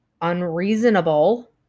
unreasonable